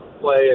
play